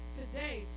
today